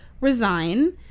resign